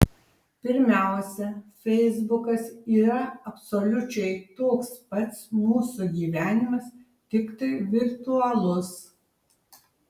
pirmiausia feisbukas yra absoliučiai toks pats mūsų gyvenimas tiktai virtualus